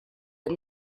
and